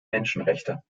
menschenrechte